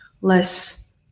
less